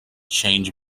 change